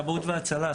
זה כבאות והצלה.